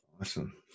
Awesome